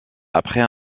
après